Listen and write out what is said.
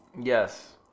Yes